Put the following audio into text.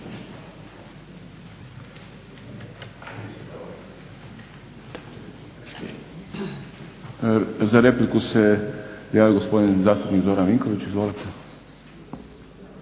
Za repliku se javio gospodin zastupnik Zoran Vinković. Izvolite.